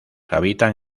habitan